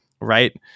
right